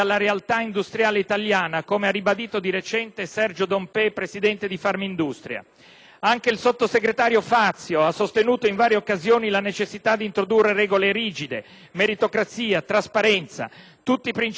Anche il sottosegretario Fazio ha sostenuto in varie occasioni la necessità dì introdurre regole rigide, meritocrazia, trasparenza. Tutti princìpi assolutamente giusti, ma che nella pratica non si vedono ancora applicati.